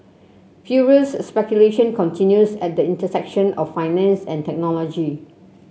furious speculation continues at the intersection of finance and technology